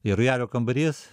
ir rojalio kambarys